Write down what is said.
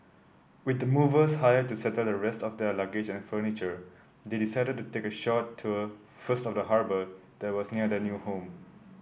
with the movers hired to settle the rest of their luggage and furniture they decided to take a short tour first of the harbour that was near their new home